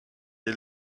est